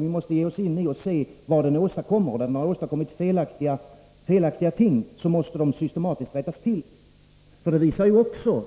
Vi måste därför gå in och se vad denna process åstadkommer. När den har åstadkommit felaktiga ting måste de systematiskt rättas till. Erfarenheten